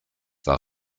war